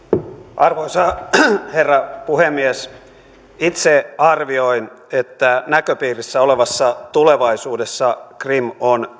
arvoisa herra puhemies itse arvioin että näköpiirissä olevassa tulevaisuudessa krim on